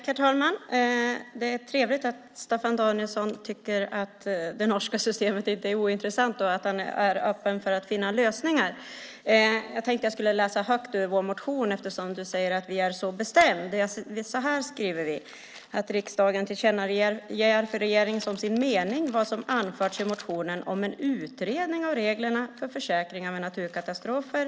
Herr talman! Det är trevligt att Staffan Danielsson tycker att det norska systemet inte är ointressant och att han är öppen för att finna lösningar. Jag tänkte att jag skulle läsa högt ur vår motion eftersom han säger att vi är så bestämda: "Riksdagen tillkännager för regeringen som sin mening vad som anförs i motionen om att tillsätta en utredning med uppgift att se över reglerna för försäkringar vid naturkatastrofer."